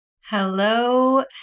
Hello